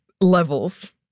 levels